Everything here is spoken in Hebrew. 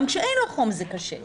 גם כשאין לו חום זה קשה,